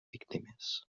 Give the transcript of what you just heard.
víctimes